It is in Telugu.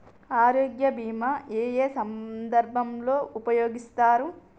ఆరోగ్య బీమా ఏ ఏ సందర్భంలో ఉపయోగిస్తారు?